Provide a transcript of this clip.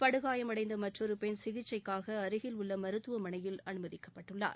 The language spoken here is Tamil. படுகாயம் அடைந்த மற்றொரு பெண் சிகிச்சைக்காக அருகில் உள்ள மருத்துவமனையில் அனுமதிக்கப்பட்டுள்ளார்